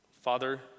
Father